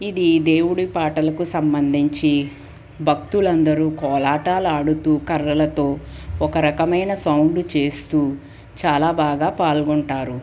ఇది దేవుడి పాటలకు సంబంధించి భక్తులందరు కోలాటాలాడుతు కర్రలతో ఒక రకమైన సౌండు చేస్తు చాలా బాగా పాల్గొంటారు